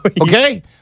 okay